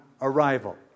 arrival